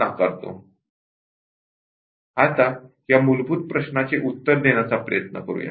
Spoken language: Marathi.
टेस्टिंग करणारे विविध प्रकारचे लोक कोण आहेत या मूलभूत प्रश्नाचे उत्तर देण्याचा प्रयत्न करूया